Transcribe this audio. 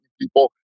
people